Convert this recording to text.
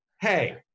hey